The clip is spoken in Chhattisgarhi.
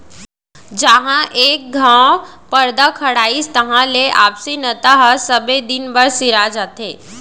जहॉं एक घँव परदा खड़ाइस तहां ले आपसी नता ह सबे दिन बर सिरा जाथे